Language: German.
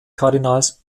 kardinals